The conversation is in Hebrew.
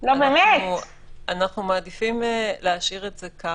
אנחנו מעדיפים להשאיר את זה ככה,